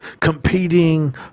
Competing